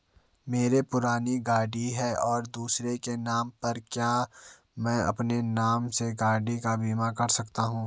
मेरी पुरानी गाड़ी है और दूसरे के नाम पर है क्या मैं अपने नाम से गाड़ी का बीमा कर सकता हूँ?